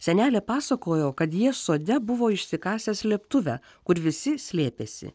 senelė pasakojo kad jie sode buvo išsikasę slėptuvę kur visi slėpėsi